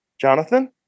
Jonathan